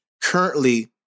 Currently